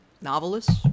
novelists